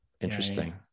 interesting